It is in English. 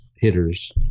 hitters